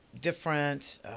different